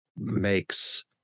makes